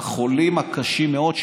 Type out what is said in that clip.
החולים הקשים מאוד,